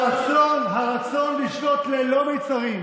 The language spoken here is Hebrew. הרצון לשלוט ללא מצרים,